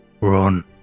Run